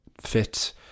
fit